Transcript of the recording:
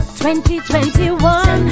2021